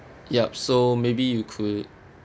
yup so maybe you could